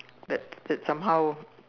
that that somehow